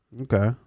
Okay